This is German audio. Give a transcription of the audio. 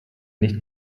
nicht